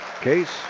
Case